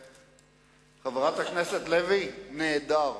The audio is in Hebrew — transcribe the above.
חברת הכנסת לוי, נהדר.